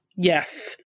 Yes